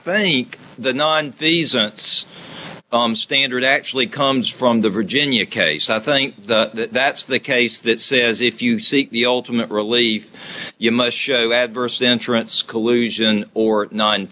think the nonfeasance standard actually comes from the virginia case i think that that's the case that says if you seek the ultimate relief you must show adverse insurance collusion or n